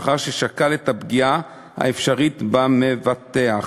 לאחר ששקל את הפגיעה האפשרית במבטח